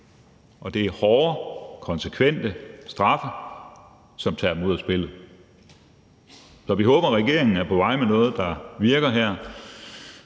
og det er hårde, konsekvente straffe, som tager dem ud af spillet. Så vi håber, at regeringen er på vej med noget, der virker her.